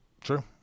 True